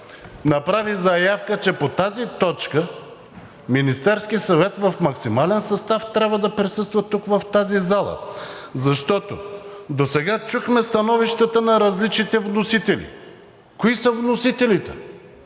направи заявка, че по тази точка Министерският съвет в максимален състав трябва да присъства тук, в тази зала, защото досега чухме становището на различните вносители. Кои са вносителите?